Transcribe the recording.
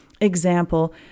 example